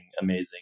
amazing